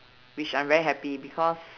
which I'm very happy because